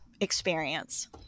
experience